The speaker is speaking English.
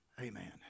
Amen